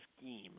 scheme